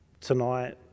tonight